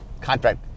contract